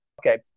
okay